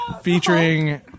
Featuring